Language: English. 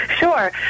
Sure